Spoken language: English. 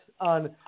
on